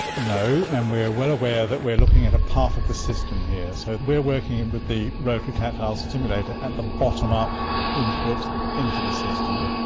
no, and we're well aware that we're looking at a part of the system here, so we're working with the rotary tactile simulator at the bottom-up input into the system.